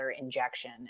injection